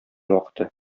вакыты